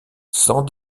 sans